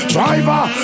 Driver